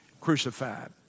crucified